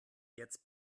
jetzt